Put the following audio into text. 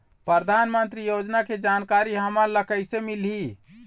परधानमंतरी योजना के जानकारी हमन ल कइसे मिलही?